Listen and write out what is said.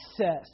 access